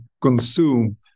consume